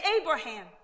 Abraham